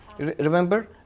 Remember